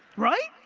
right?